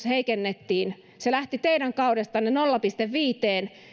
heikennettiin se lähti teidän kaudestanne nolla pilkku viiteen